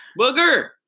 Booger